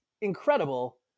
incredible